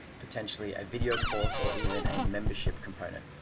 potentially a video course or even a membership component?